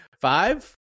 Five